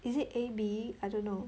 is it A_B I don't know